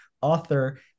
author